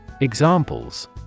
Examples